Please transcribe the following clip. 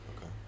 Okay